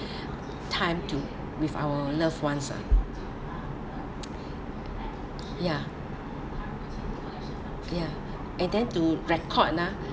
time to with our loved one ah ya ya and then to record ah